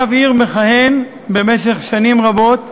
רב עיר מכהן במשך שנים רבות.